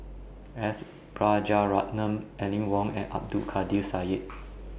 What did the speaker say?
S Rajaratnam Aline Wong and Abdul Kadir Syed